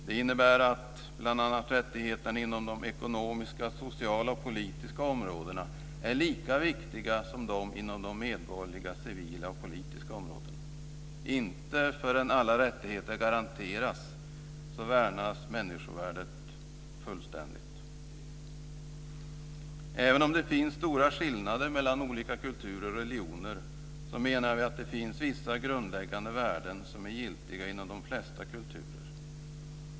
Det innebär bl.a. att rättigheterna inom de ekonomiska, sociala och politiska områdena är lika viktiga som de inom de medborgerliga, civila och politiska områdena. Inte förrän alla rättigheter garanteras värnas människovärdet fullständigt. Även om det finns stora skillnader mellan olika kulturer och religioner menar vi att det finns vissa grundläggande värden som är giltiga inom de flesta kulturer.